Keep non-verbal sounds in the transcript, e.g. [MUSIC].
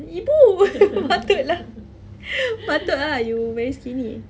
ibu [LAUGHS] patutlah [BREATH] patutlah you very skinny